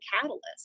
catalyst